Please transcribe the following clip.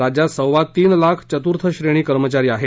राज्यात सव्वा तीन लाख चतुर्थ श्रेणी कर्मचारी आहेत